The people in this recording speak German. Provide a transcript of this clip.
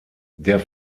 der